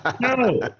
No